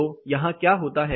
तो यहाँ क्या होता है